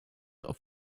auf